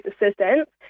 assistance